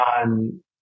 on